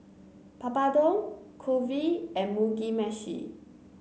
Papadum Kulfi and Mugi Meshi